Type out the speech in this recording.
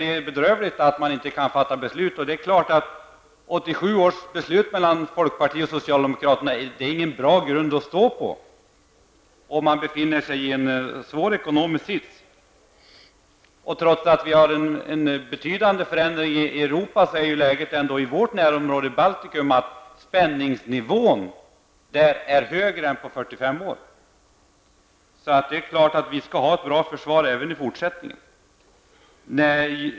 Det är bedrövligt att vi inte har kunnat fatta beslut om försvarsanslagen. 1987 års uppgörelse mellan folkpartiet och socialdemokraterna är ingen bra grund att stå på i en svår ekonomisk situation. Trots de omfattande omvälvningarna i Europa är ändå spänningen i vårt närområde Baltikum större än den har varit under de senaste 45 åren. Självfallet skall vi ha ett bra försvar även i fortsättningen.